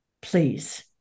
please